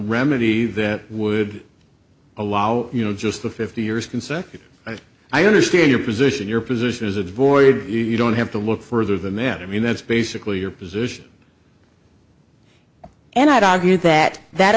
remedy that would allow you know just the fifty years consecutive i understand your position your position is a void you don't have to look further than that i mean that's basically your position and i'd argue that that